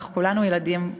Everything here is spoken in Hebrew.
אנחנו כולנו ילדים.